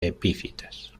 epífitas